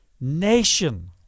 nation